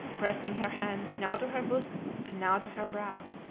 pressing her hands now to her bosom and now to her brow,